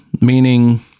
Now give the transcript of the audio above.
meaning